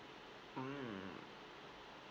mm